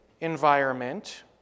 environment